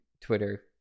Twitter